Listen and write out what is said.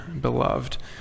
beloved